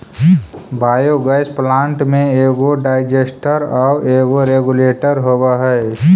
biogas plant में एगो digester आउ एगो रेगुलेटर होवऽ हई